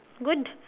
good